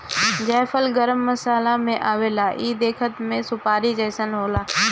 जायफल गरम मसाला में आवेला इ देखला में सुपारी जइसन होला